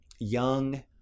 young